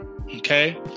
okay